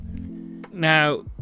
Now